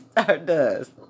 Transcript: stardust